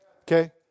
Okay